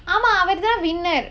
ஆமா அவருதான்:aamaa avaruthaan winner